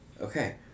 okay